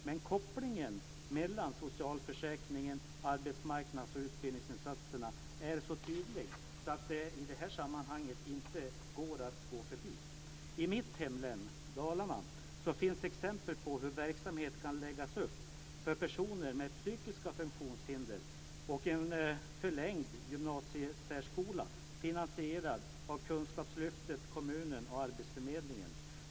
Men kopplingen mellan socialförsäkringen och arbetsmarknads och utbildningsinsatserna är så tydlig att det i detta sammanhang inte går att gå förbi. I mitt hemlän Dalarna finns exempel på hur verksamhet kan läggas upp för personer med psykiska funktionshinder, med en förlängd gymnasiesärskola finansierad av kunskapslyftet, kommunen och arbetsförmedlingen.